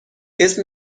اسم